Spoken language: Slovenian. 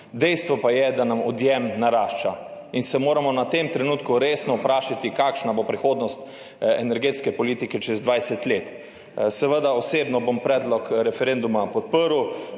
Dejstvo pa je, da nam odjem narašča, in se moramo na tem trenutku resno vprašati, kakšna bo prihodnost energetske politike čez 20 let. Seveda bom osebno predlog referenduma podprl.